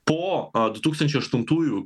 po du tūkstančiai aštuntųjų